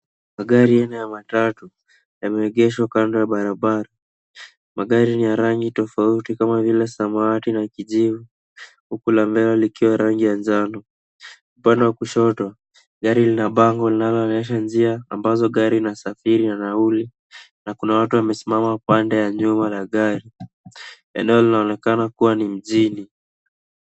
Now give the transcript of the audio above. Magari aina ya matatu yameegeshwa kando ya barbara. Magari ni ya rangi tofouti kama vile samawati na kijivu huku la mbele likiwa rangi ya njano gari. Upande wa kushoto gari lina pango linaloonyesha njia ambayo gari inasafiri na nauli na kuna watu wamesimama kando ya nyuma ya gari eneo linaonekanakuwa ni mjini.